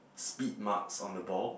speed marks on the ball